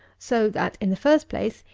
so that, in the first place,